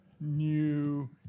new